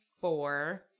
four